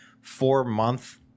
four-month